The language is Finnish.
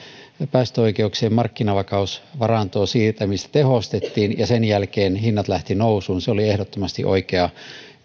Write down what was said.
päästöoikeuksien markkinavakausvarantoon siirtämistä tehostettiin ja sen jälkeen hinnat lähtivät nousuun se oli ehdottomasti oikea